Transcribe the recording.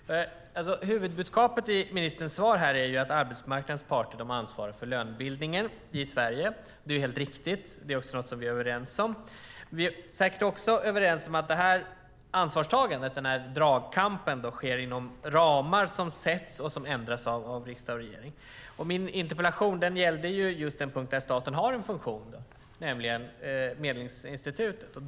Huvudbudskapet i ministerns svar är att arbetsmarknadens parter ansvarar för lönebildningen i Sverige. Detta är helt riktigt. Det är någonting vi är överens om. Vi är säkert också överens om att ansvarstagandet och dragkampen sker inom ramar som sätts och ändras av riksdag och regering. Min interpellation gällde den punkt där staten har en funktion, nämligen Medlingsinstitutet.